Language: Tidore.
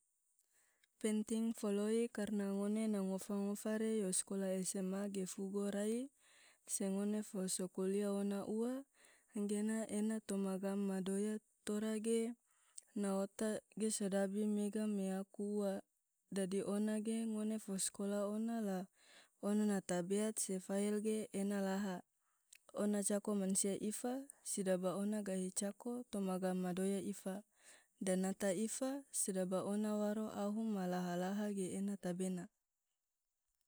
penting foloi, karna ngone na ngofa-ngofa re yo sakolah sma ge fugo rai se ngone fo so kuliah ona ua, enggena ena toma gam madoya tora ge na ota ge se dabi mega me aku ua. Dadi ona ge ngone fo so sakola ona la ona na tabeat se fael ge ena laha. Ona cako mansia ifa, sidaba ona gahi cako toma gam madoya ifa, danata ifa, sedaba ona waro ahu ma laha-laha ge ena tebena.